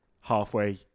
halfway